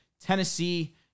Tennessee